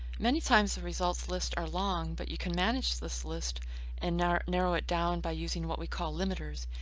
many times the results list is long, but you can manage the so list and narrow narrow it down by using what we call limiters.